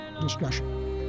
discussion